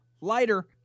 lighter